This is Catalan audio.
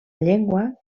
llengua